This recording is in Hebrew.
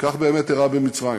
וכך באמת אירע במצרים.